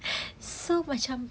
so macam